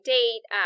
Date